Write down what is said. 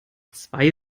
zwei